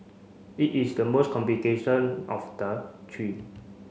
it is the most complication of the three